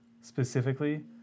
specifically